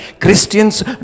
Christians